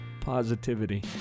Positivity